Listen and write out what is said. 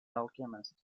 alchemist